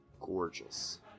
gorgeous